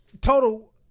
Total